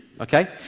okay